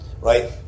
right